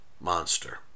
monster